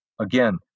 Again